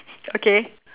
okay